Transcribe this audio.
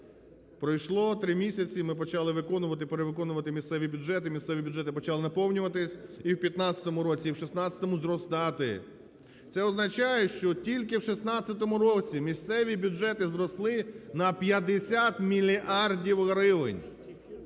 Пройшло три місяці, і ми почали виконувати і перевиконувати місцеві бюджети, і місцеві бюджети почали наповнюватись, і в 2015 і 2016 роках зростати. Це означає, що тільки в 2016 році місцеві бюджети зросли на 50 мільярдів